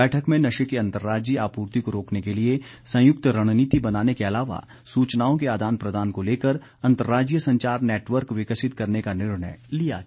बैठक में नशे की अंतरराज्यीय आपूर्ति को रोकने के लिए संयुक्त रणनीति बनाने के अलावा सूचनाओं के आदान प्रदान को लेकर अंतरराज्यीय संचार नेटवर्क विकसित करने का निर्णय लिया गया